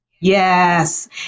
Yes